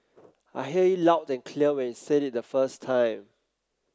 I hear you loud and clear when you said it the first time